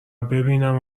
ببینم